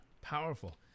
Powerful